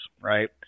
right